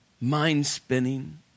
mind-spinning